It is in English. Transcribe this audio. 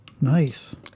Nice